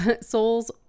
soul's